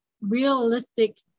realistic